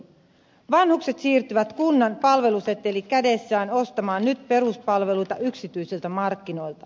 vanhukset siirtyvät kunnan palveluseteli kädessään ostamaan nyt peruspalveluita yksityisiltä markkinoilta